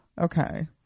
Okay